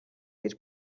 гэж